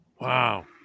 wow